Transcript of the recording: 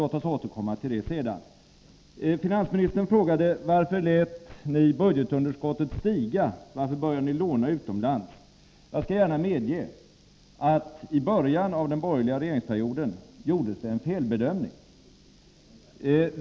Låt oss emellertid återkomma till den saken senare. Finansministern frågade varför vi lät budgetunderskottet stiga och varför vi började låna utomlands. Jag skall gärna medge att det i början av den borgerliga regeringsperioden gjordes en felbedömning.